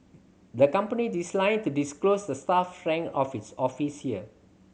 the company to disclose the staff strength of its office here